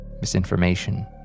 misinformation